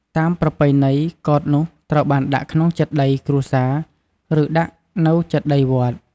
តាមប្រពៃណី កោដ្ឋនោះត្រូវបានដាក់ក្នុងចេតិយគ្រួសារ ឬ ដាក់នៅចេតិយវត្ត។